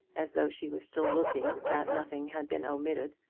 as though she were still looking that nothing had been omitted,